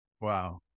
Wow